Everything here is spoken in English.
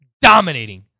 dominating